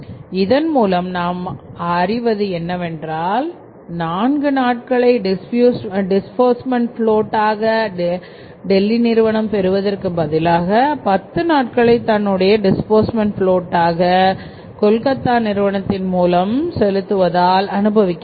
இதன் மூலம் நாம் அறிவது என்னவென்றால் நான்கு நாட்களை டிஸ்பூர்ஸ்மெண்ட் ப்லோட்டாக டெல்லி நிறுவனம் பெறுவதற்கு பதிலாக 10 நாட்களை தன்னுடைய டிஸ்பூர்ஸ்மெண்ட் ப்லோட்டாக கொல்கத்தா நிறுவனத்தின் மூலம் செலுத்துவதால் அனுபவிக்கிறது